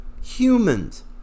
humans